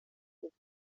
liste